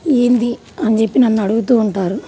ఏంది అని చెప్పి నన్ను అడుగుతూ ఉంటారు